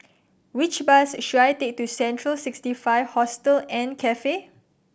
which bus should I take to Central Sixty Five Hostel and Cafe